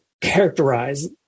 characterize